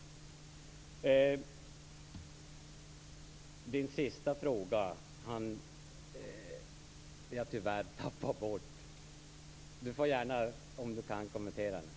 Den sista frågan tappade jag tyvärr bort. Bo Könberg får gärna, om han kan, upprepa den.